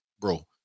bro